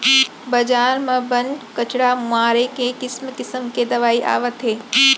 बजार म बन, कचरा मारे के किसम किसम के दवई आवत हे